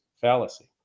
fallacy